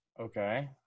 okay